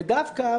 ודווקא,